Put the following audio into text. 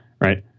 right